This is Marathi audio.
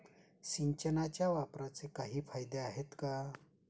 सिंचनाच्या वापराचे काही फायदे आहेत का?